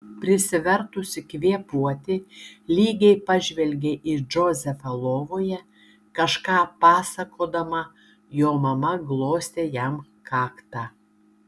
prisivertusi kvėpuoti lygiai pažvelgė į džozefą lovoje kažką pasakodama jo mama glostė jam kaktą